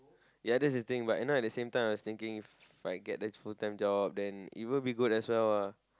ya that's the thing but you know at the same time I was thinking If I get the full time job then it would be good as well ah